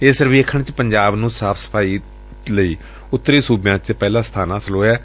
ਇਸ ਸਰਵੇਖਣ ਵਿਚ ਪੰਜਾਬ ਨੂੰ ਸਾਫ਼ ਸਫਾਈ ਲਈ ਉਡਰੀ ਸੁਬਿਆਂ ਚ ਪਹਿਲਾ ਸਬਾਨ ਹਾਸਲ ਹੋਇਐ